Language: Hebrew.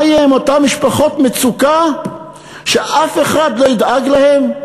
מה יהיה עם אותן משפחות מצוקה שאף אחד לא ידאג להן?